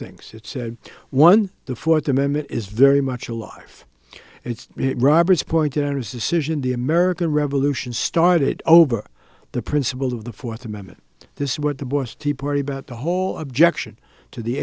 things it said one the fourth amendment is very much a life it's robert's pointed out of decision the american revolution started over the principles of the fourth amendment this is what the boy's tea party about the whole objection to the